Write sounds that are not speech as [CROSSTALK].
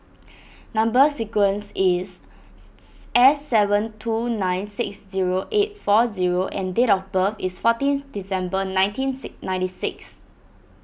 Number Sequence is [UNINTELLIGIBLE] S seven two nine six zero eight four zero and date of birth is fourteenth December nineteen sic ninety six